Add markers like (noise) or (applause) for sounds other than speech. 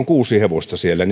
(unintelligible) kuusi hevosta siellä (unintelligible)